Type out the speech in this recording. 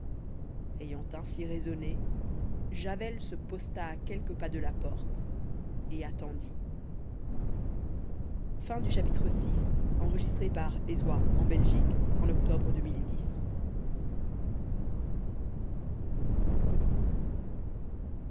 ayant ainsi raisonné javel se posta à quelques pas de la porte et attendit